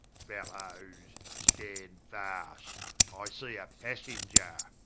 fellows, stand fast i see a passenger.